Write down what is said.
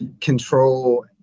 control